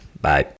Bye